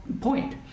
point